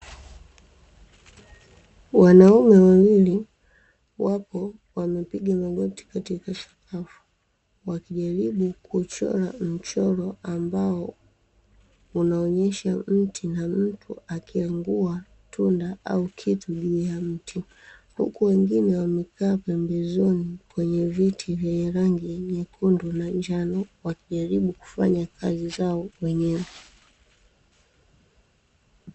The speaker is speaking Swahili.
Wanaume wawili wapo wamepiga magoti katika sakafu, wakijaribu kuchora mchoro ambao unaonesha mti na mtu akiangua kitu au tunda juu ya mti huo, huku wengine wamekaa pembezoni kwenye viti vyenye rangi nyekundu na njano wakijaribu kufa ya kazi zao wenyewe.